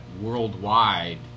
worldwide